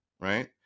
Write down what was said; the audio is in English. right